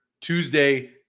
Tuesday